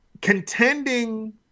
contending